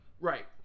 Right